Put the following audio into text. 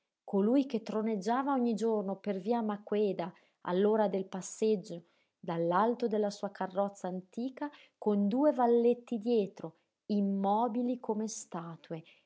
colui che troneggiava ogni giorno per via maqueda all'ora del passeggio dall'alto della sua carrozza antica con due valletti dietro immobili come statue